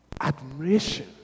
Admiration